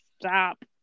Stop